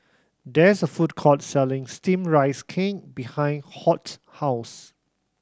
there's a food court selling Steamed Rice Cake behind Hoyt's house